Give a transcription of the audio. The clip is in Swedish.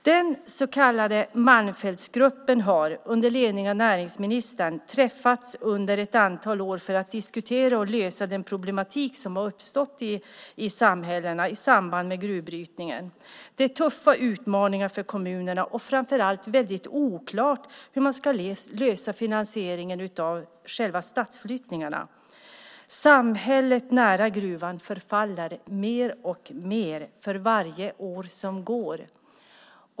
Den så kallade Malmfältsgruppen har under ledning av näringsministern under ett antal år träffats för att diskutera och lösa den problematik som har uppstått i samhällena i samband med gruvbrytningen. Det är tuffa utmaningar för kommunerna, och det är framför allt väldigt oklart hur man ska lösa finansieringen av själva stadsflyttningarna. Samhället nära gruvan förfaller mer och mer för varje år som går.